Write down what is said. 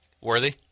Worthy